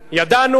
ידענו,